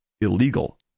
illegal